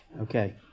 okay